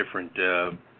different